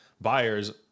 Buyers